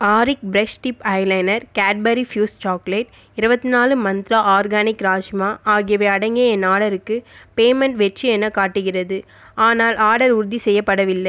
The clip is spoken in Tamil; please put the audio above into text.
ஆரிக் brush tip eyeliner Cadbury Fuse chocolate இருபத்து நாலு மந்த்ரா ஆர்கானிக் ராஜ்மா ஆகியவை அடங்கிய என் ஆர்டருக்கு பேமெண்ட் வெற்றி எனக் காட்டுகிறது ஆனால் ஆர்டர் உறுதி செய்யப்படவில்லை